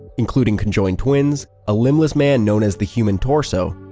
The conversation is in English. including conjoined twins, a limbless man known as the human torso,